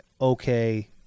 okay